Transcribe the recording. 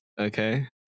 okay